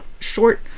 short